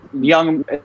young